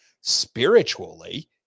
Spiritually